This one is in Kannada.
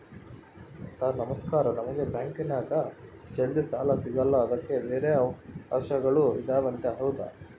ಸರ್ ನಮಸ್ಕಾರ ನಮಗೆ ಬ್ಯಾಂಕಿನ್ಯಾಗ ಜಲ್ದಿ ಸಾಲ ಸಿಗಲ್ಲ ಅದಕ್ಕ ಬ್ಯಾರೆ ಅವಕಾಶಗಳು ಇದವಂತ ಹೌದಾ?